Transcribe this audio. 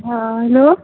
हँ हेलो